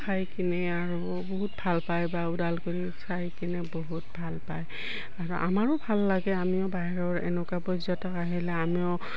খাই কিনে আৰু বহুত ভাল পায় বা ওদালগুৰি চাই কিনে বহুত ভাল পায় আৰু আমাৰো ভাল লাগে আমিও বাহিৰৰ এনেকুৱা পৰ্যটক আহিলে আমিও